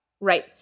Right